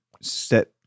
set